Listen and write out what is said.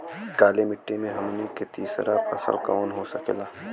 काली मिट्टी में हमनी के तीसरा फसल कवन हो सकेला?